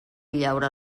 llaura